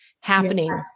happening